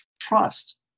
trust